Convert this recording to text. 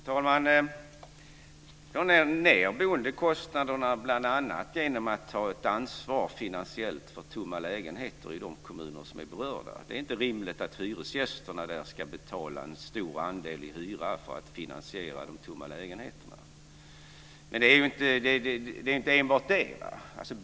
Fru talman! Man får ned boendekostnaderna bl.a. genom att ta ett finansiellt ansvar för tomma lägenheter i de kommuner som är berörda. Det är inte rimligt att hyresgästerna där ska betala en stor andel i hyra för att finansiera de tomma lägenheterna. Men det är inte enbart det.